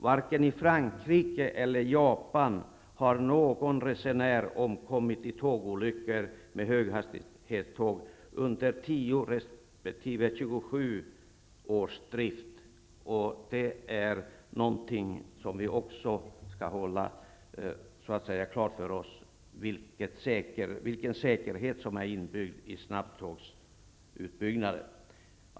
Varken i Frankrike eller i Japan har någon resenär omkommit i tågolyckor med höghastighetståg under 10 resp. 27 års drift. Vi skall alltså ha klart för oss vilken säkerhet som är inbyggd i snabbtågsutbyggnaden.